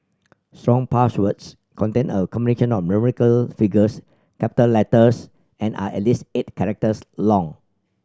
strong passwords contain a combination of numerical figures capital letters and are at least eight characters long